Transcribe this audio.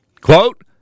Quote